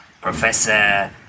Professor